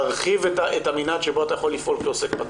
להרחיב את המנעד שבו אתה יכול לפעול כעוסק פטור.